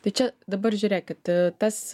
tai čia dabar žiūrėkit tas